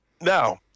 Now